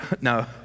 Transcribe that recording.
No